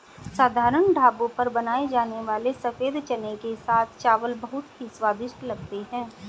साधारण ढाबों पर बनाए जाने वाले सफेद चने के साथ चावल बहुत ही स्वादिष्ट लगते हैं